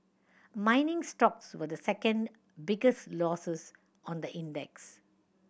mining stocks were the second biggest losers on the index